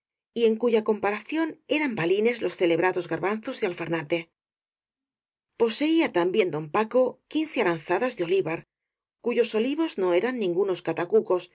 y en cuya comparación eran balines los cele brados garbanzos de alfarnate poseía también don paco quince aranzadas de olivar cuyos olivos no eran ningunos